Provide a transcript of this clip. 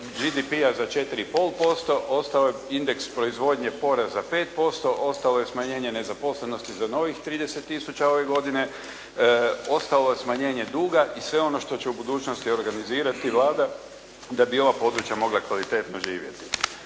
BDP-a za 4 i pol posto. Ostao je indeks proizvodnje porast za 5%, ostalo je smanjenje nezaposlenosti za novih 30 tisuća ove godine. Ostalo je smanjenje duga i sve ono što će u budućnosti organizirati Vlada da bi ova područja mogla kvalitetno živjeti.